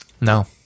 no